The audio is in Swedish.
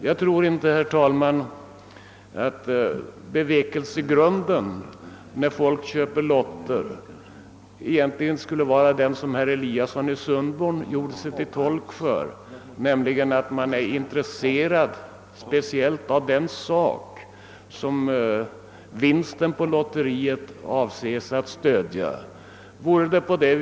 Jag tror inte, herr talman, att bevekelsegrunden när folk köper lotter egentligen skulle vara den som herr Eliasson i Sundborn gjorde sig till tolk för, nämligen att man är speciellt intresserad av det ändamål som lotteriets överskott avses att stödja.